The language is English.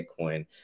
Bitcoin